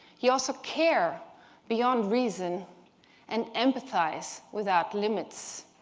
you also care beyond reason and empathize without limits.